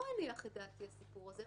לא הניח את דעתי הסיפור הזה,